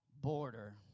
border